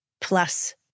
plus